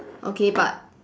okay but